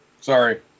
Sorry